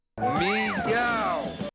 Meow